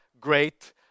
great